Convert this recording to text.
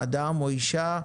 אדם או אישה,